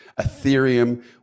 Ethereum